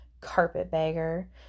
Carpetbagger